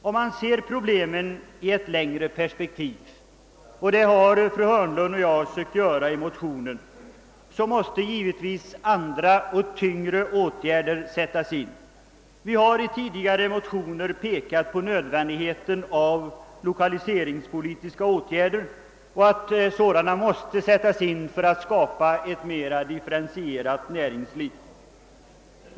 Om man försöker se problemen i längre perspektiv — vilket fru Hörnlund och jag har försökt göra i vår motion — kommer man fram till att också andra och tyngre åtgärder givetvis måste sättas in. I tidigare motioner har vi pekat på nödvändigheten av lokaliseringspolitiska åtgärder och sagt att sådana måste sättas in för att skapa ett mera differentierat näringsliv.